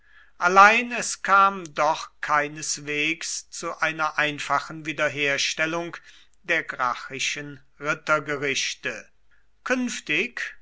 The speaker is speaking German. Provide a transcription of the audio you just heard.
allein es kam doch keineswegs zu einer einfachen wiederherstellung der gracchischen rittergerichte künftig